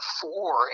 four